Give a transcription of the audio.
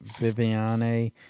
Viviane